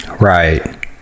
Right